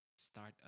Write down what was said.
start